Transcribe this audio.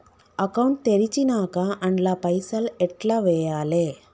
Account తెరిచినాక అండ్ల పైసల్ ఎట్ల వేయాలే?